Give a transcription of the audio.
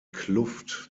kluft